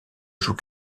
joue